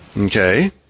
okay